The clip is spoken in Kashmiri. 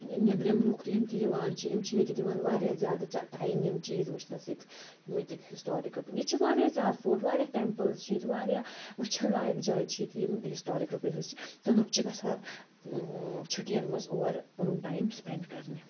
نیٚبرِم لُکھ تہِ یِم تہِ یِوان چھِ یِم چھِ ییٚتہِ دِوان واریاہ زیادٕ ٹایم یِم چیٖز وٕچھنَس ییٚتہِ یِم ییٚتِکۍ ہِسٹارِکَل ییٚتہِ چھِ واریاہ زیادٕ فوٹ واریاہ ٹیمپٕلز چھِ ییٚتہِ واریاہ وٕچھَن لایق جایہِ چھِ ییٚتہِ یِم ہِسٹارِکَل پٕلیسٕز چھِ تہٕ لُکھ چھِ گَژھان چھُٹِیَن منٛز اور پَنُن ٹایِم سپٮ۪نٛڈ کَرنہِ